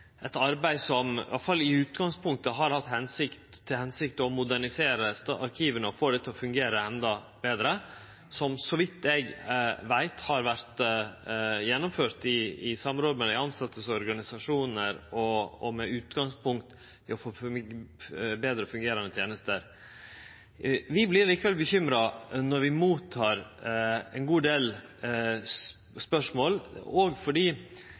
eit arbeid som iallfall i utgangspunktet har som hensikt å modernisere arkiva og få dei til å fungere endå betre, og som, så vidt eg veit, har vore gjennomført i samråd med dei tilsette sine organisasjonar. Utgangspunktet er å få betre fungerande tenester. Vi vert likevel bekymra når vi tek imot ein god del spørsmål, òg fordi for kort tid sidan, som det vart teke opp her frå talarstolen, gjorde Stortinget fleire vedtak, og